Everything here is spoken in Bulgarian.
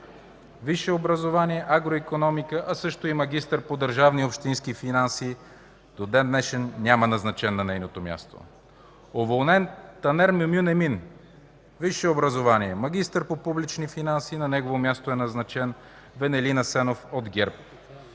висше образование, агроикономика, а също и магистър по държавни и общински финанси; до ден-днешен няма назначен на нейното място; - уволнен Танер Мюмюн Емин – висше образование, магистър по публични финанси; на негово място е назначен Венелин Асенов от ГЕРБ;